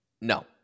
No